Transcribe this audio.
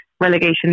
relegation